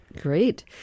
Great